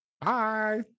Bye